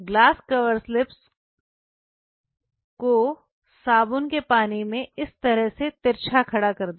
glass coverslip को साबुन के पानी में इस तरह से तिरछा खड़ा कर दें